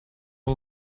the